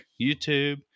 YouTube